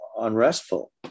unrestful